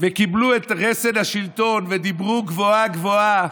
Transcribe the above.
וקיבלו את רסן השלטון ודיברו גבוהה-גבוהה